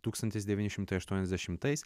tūkstantis devyni šimtai aštuoniasdešimtais